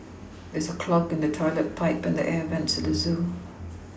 there is a clog in the toilet pipe and the air vents at the zoo